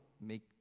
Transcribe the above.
make